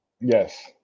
Yes